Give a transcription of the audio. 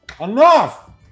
Enough